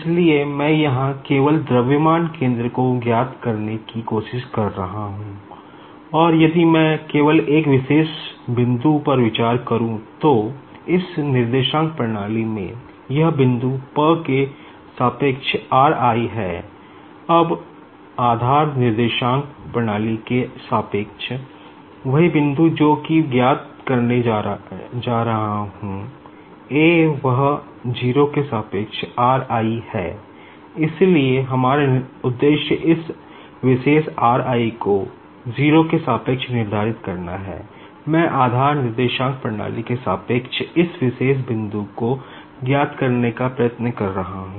इसलिए मैं यहां केवल द्रव्यमान केंद्र को ज्ञात करने की कोशिश कर रहा हूं और यदि मैं केवल एक विशेष बिंदु पर विचार करू तो इस कोऑर्डिनेट सिस्टम के सापेक्ष इस विशेष बिंदु को ज्ञात करने का प्रयत्न कर रहा हूं